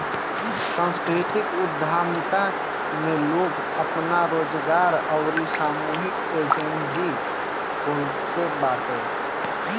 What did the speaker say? सांस्कृतिक उद्यमिता में लोग आपन रोजगार अउरी सामूहिक एजेंजी खोलत बाटे